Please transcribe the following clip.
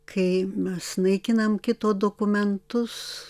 kai mes naikinam kito dokumentus